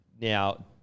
now